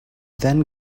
then